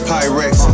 Pyrex